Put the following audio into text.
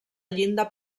llinda